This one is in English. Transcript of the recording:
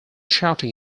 shouting